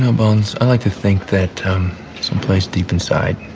um bones. i like to think that place deep inside,